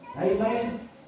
Amen